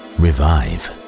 Revive